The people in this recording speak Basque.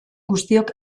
guztiok